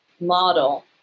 model